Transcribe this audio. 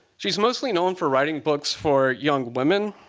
she's mostly known for writing books for young women.